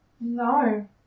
No